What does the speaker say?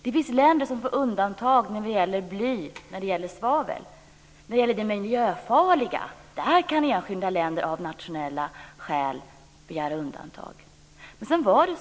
Det finns länder som får undantag för bly och svavel. När det gäller miljöfarliga ämnen kan enskilda länder begära undantag av nationella skäl.